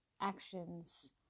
actions